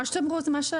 מה שאתם רוצים.